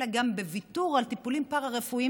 אלא גם בוויתור על טיפולים פארה-רפואיים